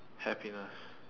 happiness